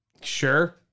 Sure